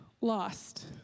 lost